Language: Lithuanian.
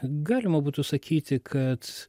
galima būtų sakyti kad